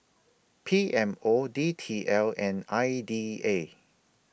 P M O D T L and I D A